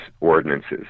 ordinances